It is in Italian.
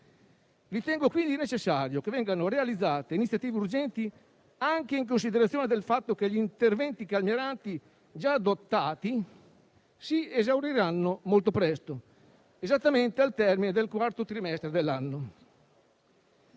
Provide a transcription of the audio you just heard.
Ritengo quindi necessario che vengano realizzate iniziative urgenti, anche in considerazione del fatto che gli interventi calmierati già adottati si esauriranno molto presto, esattamente al termine del quarto trimestre dell'anno.